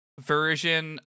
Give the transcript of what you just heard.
version